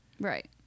Right